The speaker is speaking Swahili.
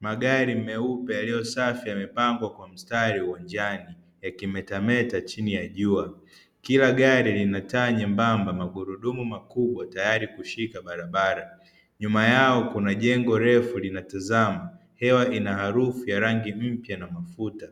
Magari meupe yaliyo safi yamepangwa kwa mstari uwanjani yakimetameta chini ya jua, Kila gari lina taa nyembamba, magurudumu makubwa tayari kushika barabara, nyuma yao kuna jengo refu linatizama, hewa ina harufu ya rangi mpya na mafuta